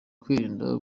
kwirinda